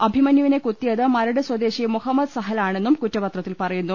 അഭിമന്യുവിനെ കുത്തിയത് മരട് സ്വദേശി മുഹമ്മദ് സഹലാണെന്നും കുറ്റപത്രത്തിൽ പറയുന്നു